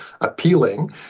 appealing